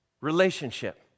relationship